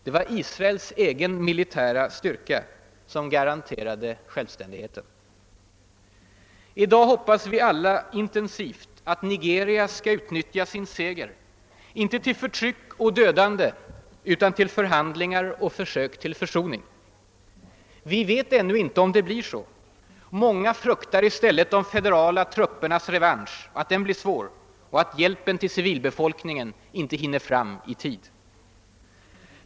Det var Israels egen militära styrka som garanterade självständigheten. I dag hoppas vi alla intensivt att Nigeria skall utnyttja sin seger, inte till förtryck och dödande, utan till förhandlingar och försök till försoning. Vi vet ännu inte om det blir så. Många fruktar i stället att de federala truppernas revansch blir svår och att hjälpen till civilbefolkningen inte hinner fram i tid.